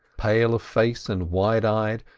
pale of face and wide-eyed,